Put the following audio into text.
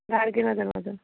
गाडगेनगरमधून